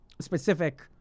specific